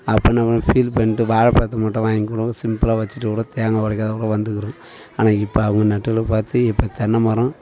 அப்புடின்னு உ ஃபீல் பண்ணிட்டு வாழைப் பழத்தை மட்டும் வாங்கிக் கொண்டு வந்து சிம்பிளாக வச்சுட்டு கூடம் தேங்காய் உடைக்காத கூட வந்துக்கிறோம் ஆனால் இப்போ அவங்க நட்டதை பார்த்து இப்போ தென்னை மரம்